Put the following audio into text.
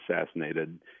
assassinated